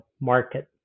market